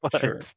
Sure